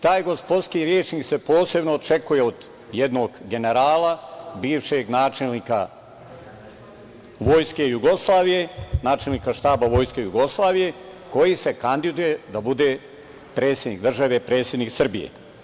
Taj gospodski rečnik se posebno očekuje od jednog generala, bivšeg načelnika Vojske Jugoslavije, načelnika Štaba Vojske Jugoslavije, koji se kandiduje da bude predsednik države, predsednik Srbije.